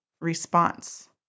response